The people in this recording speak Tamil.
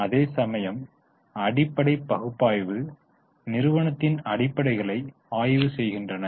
அதேசமயம் அடிப்படை பகுப்பாய்வு நிறுவனத்தின் அடிப்படைகள் ஆய்வு செய்யப்படுகின்றன